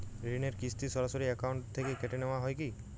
ঋণের কিস্তি সরাসরি অ্যাকাউন্ট থেকে কেটে নেওয়া হয় কি?